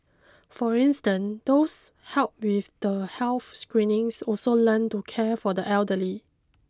for instance those helped with the health screenings also learnt to care for the elderly